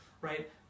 right